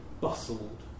bustled